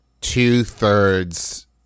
two-thirds